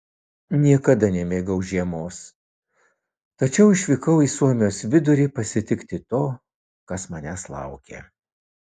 niekada nemėgau žiemos tačiau išvykau į suomijos vidurį pasitikti to kas manęs laukė